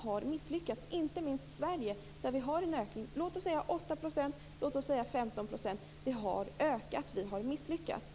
Inte minst i Sverige där vi har en ökning. Låt oss säga 8 %, låt oss säga 15 %. Det har ökat. Vi har misslyckats.